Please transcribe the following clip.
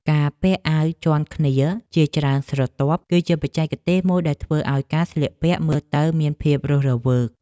ការពាក់អាវជាន់គ្នាជាច្រើនស្រទាប់ គឺជាបច្ចេកទេសមួយដែលធ្វើឱ្យការស្លៀកពាក់មើលទៅមានភាពរស់រវើក។